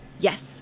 Yes